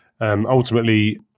ultimately